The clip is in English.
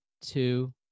two